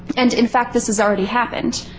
and, in fact, this has already happened.